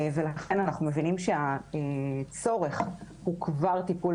ולכן אנחנו מבינים שהצורך הוא כבר טיפול